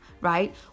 right